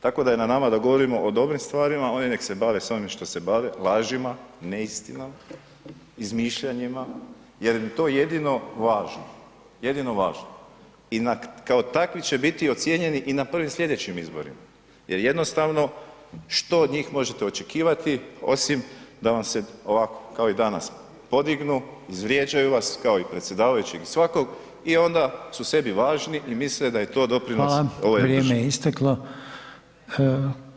Tako da je na nama da govorimo o dobrim stvarima, oni nek se bave s onim što se bave, lažima, neistinom, izmišljanjima jer im to jedino važi, jedino važi i kao takvi će biti i ocijenjeni i na prvim slijedećim izborima, jer jednostavno što od njih možete očekivati osim da vam se ovako kao i danas podignu, izvrijeđaju vas, kao i predsjedavajućeg i svakog i onda su sebi važni i misle da je to doprinos [[Upadica: Hvala, vrijeme je isteklo.]] ovoj državi.